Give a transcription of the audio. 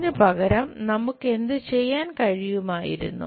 അതിനുപകരം നമുക്ക് എന്തുചെയ്യാൻ കഴിയുമായിരുന്നു